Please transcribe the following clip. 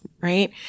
right